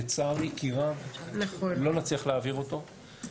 לצערי כי רב לא נצליח להעביר אותו.